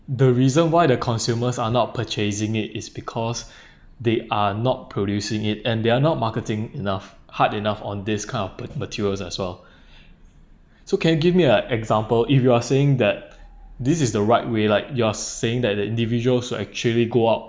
the reason why the consumers are not purchasing it is because they are not producing it and they're not marketing enough hard enough on this kind of bu~ materials as well so can you give me a example if you are saying that this is the right way like you are saying that the individuals should actually go out